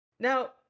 Now